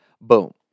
Boom